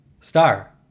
Star